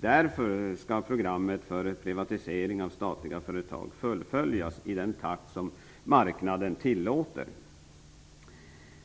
Därför skall programmet för privatisering av statliga företag fullföljas i den takt som marknaden tillåter.